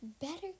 better